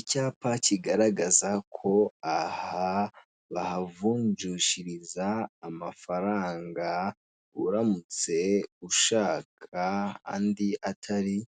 Icyapa kigaragaza ko aha bahavunjishiriza amafaranga, uramutse ushaka andi atari